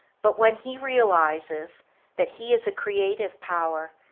but when he realizes that he is a creative power,